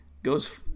goes